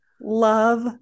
love